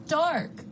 dark